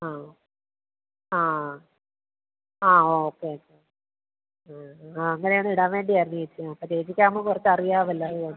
ആ ആ ആ ഓക്കെ ആ ആ അങ്ങനെയാണേ ഇടാൻ വേണ്ടിയായിരുന്നു ഏച്ചി അപ്പോൾ ചേച്ചിക്കാവുമ്പോൾ കുറച്ചറിയാമല്ലോ അത്